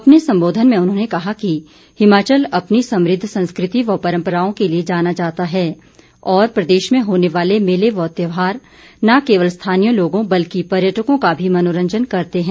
अपने संबोधन में उन्होंने कहा कि हिमाचल अपनी समृद्ध संस्कृति व परम्पराओं के लिए जाना जाता है और प्रदेश में होने वाले मेले व त्योहार न केवल स्थानीय लोगों बल्कि पर्यटकों का भी मनोरंजन करते हैं